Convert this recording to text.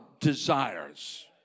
desires